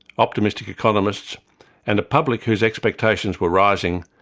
optimistic economists and a public whose expectations were rising,